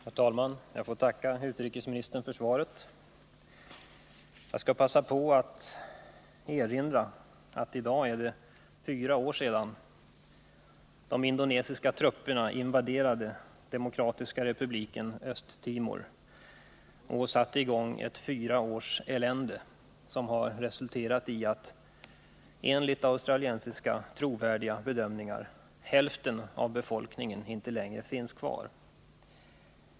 Herr talman! Jag tackar utrikesministern för svaret. Jag vill passa på att erinra om att det i dag är fyra år sedan de indonesiska trupperna invaderade Demokratiska republiken Östtimor och satte i gång ett fyra års elände, som har resulterat i att — enligt trovärdiga australiska bedömningar — hälften av befolkningen inte längre finns kvar.